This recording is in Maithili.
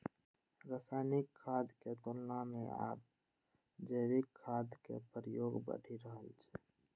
रासायनिक खादक तुलना मे आब जैविक खादक प्रयोग बढ़ि रहल छै